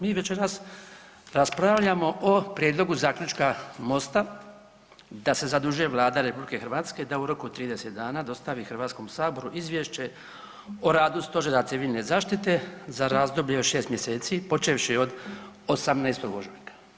Mi večeras raspravljamo o prijedlogu zaključka MOST-a da se zadužuje Vlada RH da u roku od 30 dana dostavi Hrvatskom saboru Izvješće o radu Stožera Civilne zaštite za razdoblje od 6 mjeseci počevši od 18. ožujka.